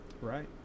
right